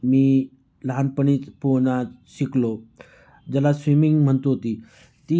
मी लहानपणीच पोहणं शिकलो ज्याला स्विमिंग म्हणतो ती ती